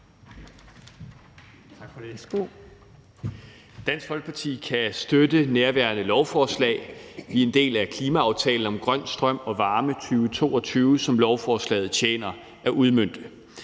Dansk Folkeparti kan støtte nærværende lovforslag. Vi er en del af »Klimaaftale om grøn strøm og varme 2022«, som lovforslaget tjener at udmønte.